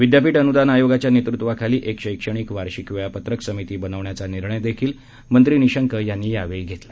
विद्यापीठ अनुदान आयोगाच्या नेतृत्वाखाली एक शैक्षणिक वार्षिक वेळापत्रक समिती बनवण्याचा निर्णयही मंत्री निशंक यांनी यावेळी घेतला